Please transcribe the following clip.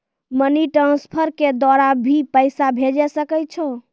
Money transfer के द्वारा भी पैसा भेजै सकै छौ?